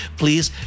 please